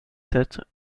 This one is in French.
sept